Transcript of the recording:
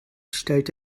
stellt